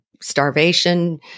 starvation